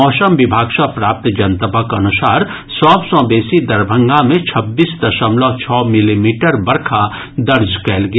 मौसम विभाग सँ प्राप्त जनतबक अनुसार सभ सँ बेसी दरभंगा मे छब्बीस दशमलव छओ मिलीमीटर बरखा दर्ज कयल गेल